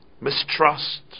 mistrust